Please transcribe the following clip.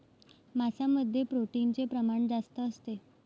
मांसामध्ये प्रोटीनचे प्रमाण जास्त असते